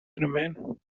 remain